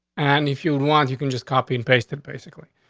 and if you want, you can just copy and paste it basically.